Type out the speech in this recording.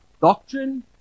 doctrine